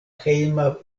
hejma